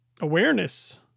awareness